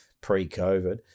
pre-covid